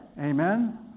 Amen